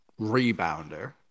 rebounder